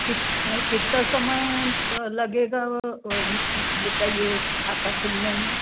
किस कितना समय लगेगा बेटा ये खाता खुलने में